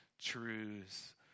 truths